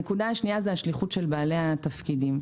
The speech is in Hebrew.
שנית, השליחות של בעלי תפקידים.